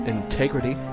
Integrity